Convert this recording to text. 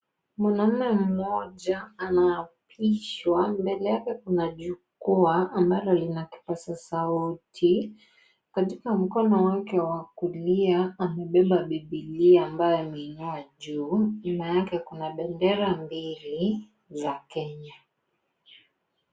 Mwanaume moja anaapishwa mbele yake kuna jukwaa ambayo ina kipasa sauti katika mkono wake wa kulia amebeba Bibilia ambayo ameinua juu, nyuma yake kuna bendera mbili za Kenya.